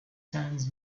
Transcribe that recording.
sands